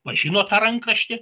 pažino tą rankraštį